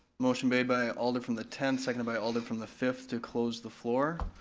motion made by alder from the tenth, second by alder from the fifth, to close the floor.